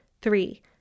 Three